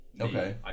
Okay